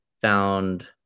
found